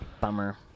Bummer